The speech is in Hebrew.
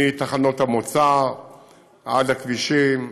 מתחנות המוצא עד הכבישים,